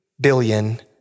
billion